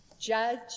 judge